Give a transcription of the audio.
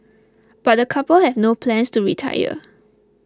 but the couple have no plans to retire